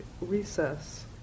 recess